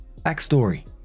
Backstory